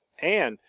and,